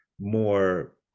more